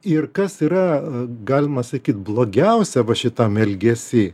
ir kas yra galima sakyt blogiausia va šitam elgesy